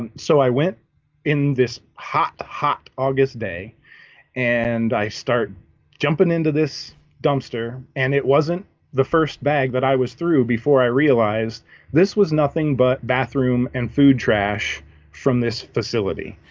and so i went in this hot hot august day and i start jumping into this dumpster and it wasn't the first bag that i was through before i realized this was nothing but bathroom and food trash from this facility